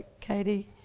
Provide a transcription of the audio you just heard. Katie